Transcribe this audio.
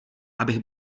abych